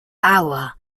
hour